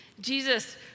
Jesus